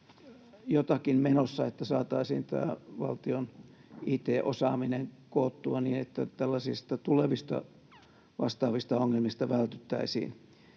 jotakin menossa, että saataisiin tämä valtion it-osaaminen koottua niin, että tulevilta vastaavilta ongelmilta vältyttäisiin.